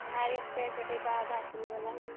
नारियल तेलके डिब्बा आधा किलोवला